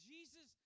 Jesus